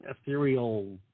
ethereal